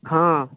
हँ